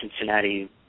Cincinnati